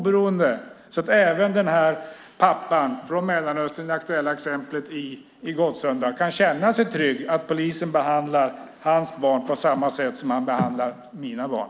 På så sätt kan även pappan från Mellanöstern, som nämns i det aktuella exemplet från Gottsunda, känna sig trygg med att polisen behandlar hans barn på samma sätt som andra barn.